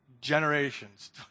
generations